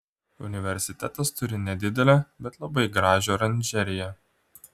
universitetas turi nedidelę bet labai gražią oranžeriją